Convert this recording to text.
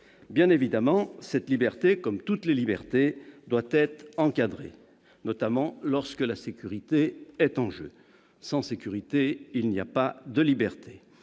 Bien entendu, cette liberté, comme toutes les libertés, doit être « encadrée », notamment lorsque la sécurité est en jeu. Sans sécurité, il n'y a pas de liberté.